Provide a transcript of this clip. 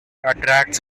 attracts